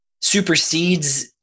supersedes